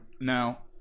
Now